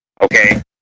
Okay